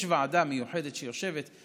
יש ועדה מיוחדת שיושבת,